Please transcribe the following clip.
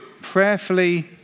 prayerfully